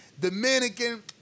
Dominican